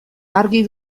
argi